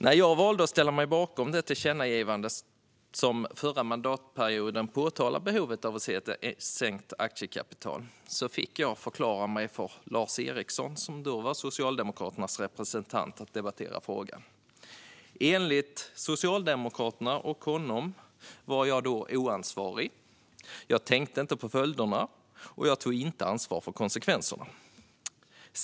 När jag valde att ställa mig bakom det tillkännagivande som under förra mandatperioden påpekade behovet av ett sänkt aktiekapital fick jag förklara mig för Lars Eriksson, som då var Socialdemokraternas representant i debatten. Enligt honom och Socialdemokraterna var jag oansvarig, tänkte inte på följderna och tog inte ansvar för konsekvenserna.